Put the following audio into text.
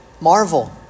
Marvel